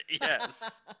yes